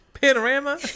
panorama